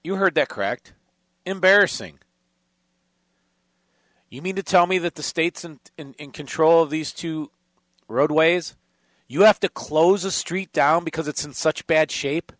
you heard that cracked embarrassing you mean to tell me that the states and in control of these two roadways you have to close a street down because it's in such bad shape